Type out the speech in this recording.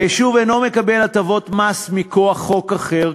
היישוב אינו מקבל הטבות מס מכוח חוק אחר,